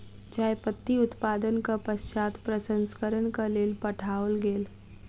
चाय पत्ती उत्पादनक पश्चात प्रसंस्करणक लेल पठाओल गेल